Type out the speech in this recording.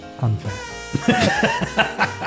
unfair